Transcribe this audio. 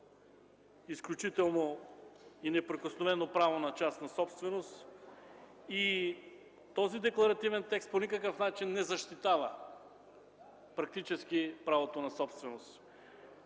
изключително и неприкосновено право на частна собственост. Този декларативен текст по никакъв начин не защитава практически правото на собственост.